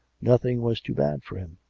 nothing was too bad for him.